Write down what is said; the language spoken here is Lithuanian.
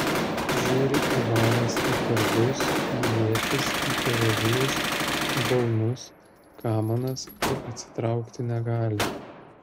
žiūri ivanas į kardus į ietis į kalavijus balnus kamanas ir atsitraukti negali